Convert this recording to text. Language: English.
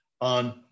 on